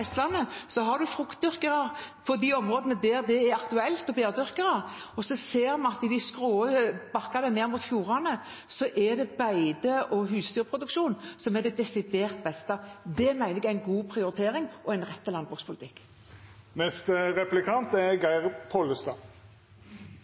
har man frukt- og bærdyrkere på de områdene der det er aktuelt, og så ser vi at i de skrå bakkene ned mot fjordene er det beite og husdyrproduksjon som er det desidert beste. Det mener jeg er en god prioritering og en